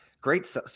Great